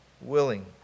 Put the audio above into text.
willing